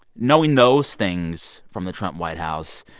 knowing those things from the trump white house,